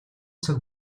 цаг